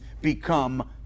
become